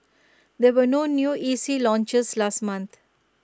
there were no new E C launches last month